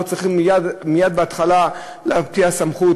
אני לא חושב שמייד בהתחלה צריכים להפקיע סמכות,